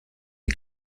die